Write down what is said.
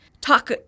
talk –